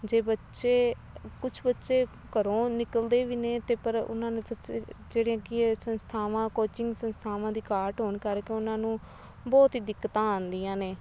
ਜੇ ਬੱਚੇ ਕੁਛ ਬੱਚੇ ਘਰੋਂ ਨਿਕਲਦੇ ਵੀ ਨੇ ਅਤੇ ਪਰ ਉਨ੍ਹਾਂ ਨੂੰ ਕਿਸੇ ਜਿਹੜੀਆਂ ਕੀ ਹੈ ਸੰਸਥਾਵਾਂ ਕੋਚਿੰਗ ਸੰਸਥਾਵਾਂ ਦੀ ਘਾਟ ਹੋਣ ਕਰਕੇ ਉਨ੍ਹਾਂ ਨੂੰ ਬਹੁਤ ਹੀ ਦਿੱਕਤਾਂ ਆਉਂਦੀਆਂ ਨੇ